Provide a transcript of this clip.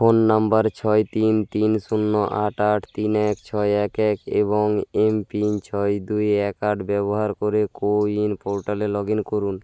phone number ছয় তিন তিন শূন্য আট আট তিন এক ছয় এক এক এবং এমপিন ছয় দুই এক আট ব্যবহার করে কোউইন পোর্টালে লগ ইন করুন